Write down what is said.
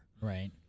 Right